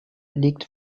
liegt